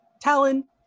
Talon